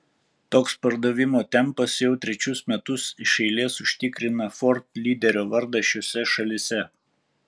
toks pardavimo tempas jau trečius metus iš eilės užtikrina ford lyderio vardą šiose šalyse